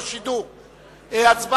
השידור (תיקון מס' 19) (פטור מתשלום אגרה לחייל בודד),